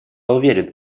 уверен